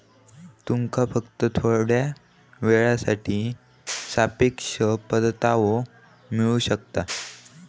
तुमका फक्त थोड्या येळेसाठी सापेक्ष परतावो मिळू शकता